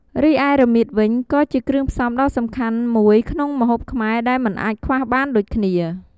រីឯរមៀតវិញ ក៏ជាគ្រឿងផ្សំដ៏សំខាន់មួយក្នុងម្ហូបខ្មែរដែលមិនអាចខ្វះបានដូចគ្នា។